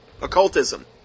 Occultism